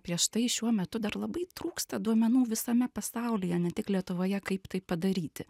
prieš tai šiuo metu dar labai trūksta duomenų visame pasaulyje ne tik lietuvoje kaip tai padaryti